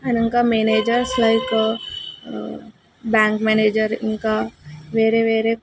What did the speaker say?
అయినాకా managers సైట్లో bank manager ఇంకా వేరే వేరే